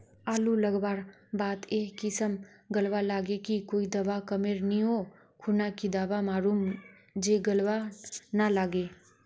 आलू लगवार बात ए किसम गलवा लागे की कोई दावा कमेर नि ओ खुना की दावा मारूम जे गलवा ना लागे?